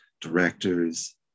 directors